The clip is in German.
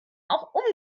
auch